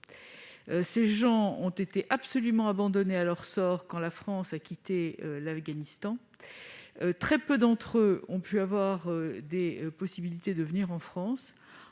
Ces gens ont été absolument abandonnés à leur sort quand la France a quitté l'Afghanistan. Très peu d'entre eux ont pu avoir la possibilité de venir en France.